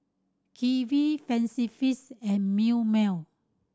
Kiwi Fancy Feast and Milkmaid